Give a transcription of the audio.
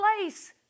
place